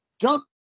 jump